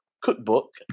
cookbook